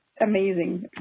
amazing